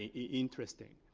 ah interesting.